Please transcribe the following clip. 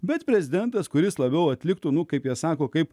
bet prezidentas kuris labiau atliktų nu kaip jie sako kaip